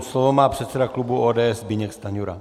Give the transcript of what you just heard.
Slovo má předseda klubu ODS Zbyněk Stanjura.